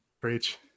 Preach